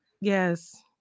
Yes